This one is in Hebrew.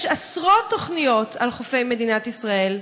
יש עשרות תוכניות על חופי מדינת ישראל,